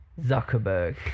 Zuckerberg